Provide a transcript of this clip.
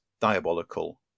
Diabolical